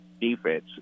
defense